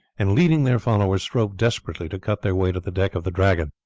and leading their followers, strove desperately to cut their way to the deck of the dragon.